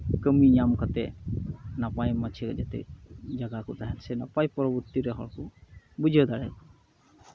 ᱠᱟᱹᱢᱤ ᱧᱟᱢ ᱠᱟᱛᱮᱫ ᱱᱟᱯᱟᱭ ᱢᱟᱪᱷᱟ ᱡᱟᱛᱮ ᱡᱟᱭᱜᱟ ᱠᱚ ᱛᱟᱦᱮᱱ ᱥᱮ ᱥᱮᱱᱚᱜ ᱥᱮ ᱯᱚᱨᱚᱵᱚᱨᱛᱤ ᱨᱮ ᱦᱚᱲᱠᱚ ᱵᱩᱡᱷᱟᱹᱣ ᱫᱟᱲᱮᱭᱟᱜ